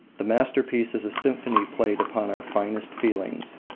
the masterpiece is a symphony played upon our finest feelings.